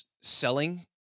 selling